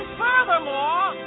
furthermore